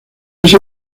ese